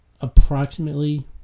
approximately